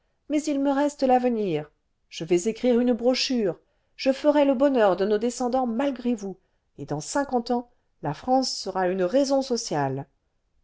mais il me reste l'avenir je vais écrire une brochure je ferai le bonheur de nos descendants malgré vous et dans cinquante ans la france sera une raison sociale